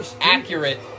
accurate